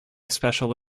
special